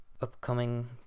upcoming